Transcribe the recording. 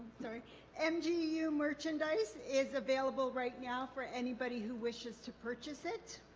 so mgu merchandise is available right now for anybody who wishes to purchase it